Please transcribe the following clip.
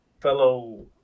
fellow